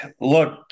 look